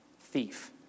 Thief